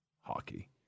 hockey